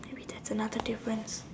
maybe that's another difference